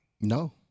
No